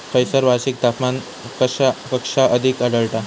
खैयसर वार्षिक तापमान कक्षा अधिक आढळता?